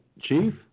Chief